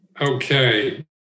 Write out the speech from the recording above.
Okay